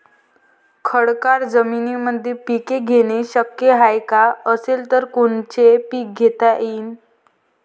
खडकाळ जमीनीमंदी पिके घेणे शक्य हाये का? असेल तर कोनचे पीक घेता येईन?